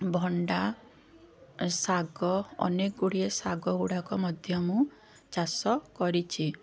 ଭଣ୍ଡା ଶାଗ ଅନେକଗୁଡ଼ିଏ ଶାଗଗୁଡ଼ାକ ମଧ୍ୟ ମୁଁ ଚାଷ କରିଛି